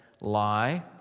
lie